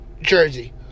jersey